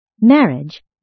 Marriage